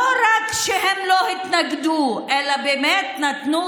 לא רק שהם לא התנגדו אלא באמת נתנו